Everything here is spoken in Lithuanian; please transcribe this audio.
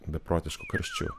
beprotišku karščiu